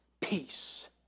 peace